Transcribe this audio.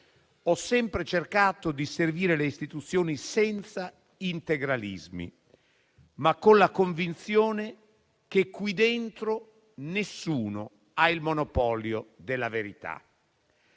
Ho sempre cercato di servire le istituzioni senza integralismi, ma con la convinzione che qui dentro nessuno abbia il monopolio della verità.